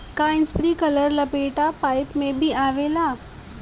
का इस्प्रिंकलर लपेटा पाइप में भी आवेला?